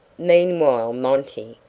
meanwhile monty,